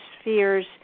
spheres